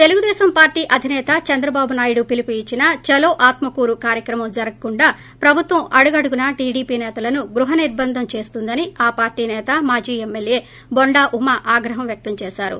Telugu Desam party అధిసేత చంద్రబాబు నాయుడు పిలుపు ఇచ్చిన ఛలో ఆత్మకూరు కార్యక్రమం జరగకుండా ప్రభుత్వం అడుగడుగున టీడీపీ సేతలను గృహ నిర్పంధం చేస్తుందని ఆ పార్టీ నేత మాజీ ఎమ్మెల్యే బొండా ఉమ ఆగ్రహం వ్యక్తం చేసారు